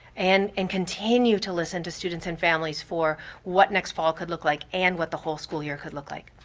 and and continue to listen to students and families for what next fall could look like and what the whole school year could look like?